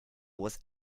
was